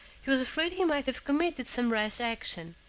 he was afraid he might have committed some rash action.